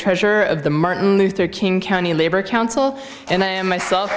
treasurer of the martin luther king county labor council and i am myself